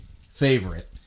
favorite